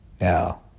now